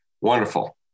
Wonderful